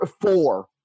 four